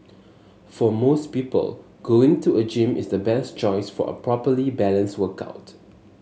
for most people going to a gym is the best choice for a properly balanced workout